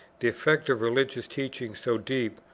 the effect of religious teaching so deep,